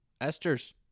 Esther's